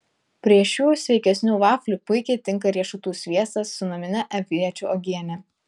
prieš šių sveikesnių vaflių puikiai tinka riešutų sviestas su namine aviečių uogiene